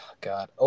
god